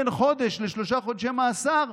בין חודש לשלושה חודשי מאסר,